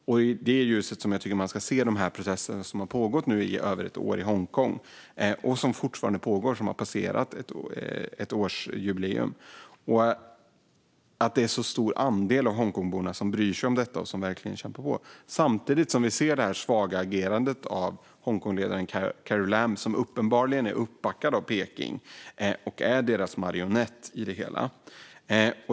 Det är i det ljuset jag tycker att man ska se de protester som har pågått i Hongkong i över ett år och som fortfarande pågår. Ettårsjubileet har passerat. Det är en stor andel av Hongkongborna som bryr sig om detta och som verkligen kämpar på. Samtidigt ser vi det svaga agerandet av Hongkongs ledare Carrie Lam, som uppenbarligen är uppbackad av Peking och är deras marionett.